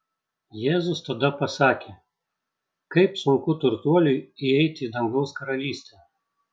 jėzus tada pasakė kaip sunku turtuoliui įeiti į dangaus karalystę